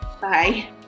Bye